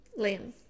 Liam